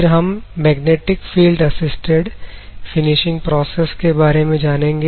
फिर हम magnetic field assisted finishing process के बारे में जानेंगे